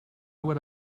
would